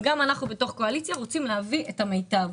וגם אנחנו בתוך קואליציה רוצים להביא את המיטב.